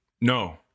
No